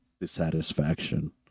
dissatisfaction